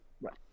Right